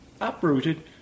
uprooted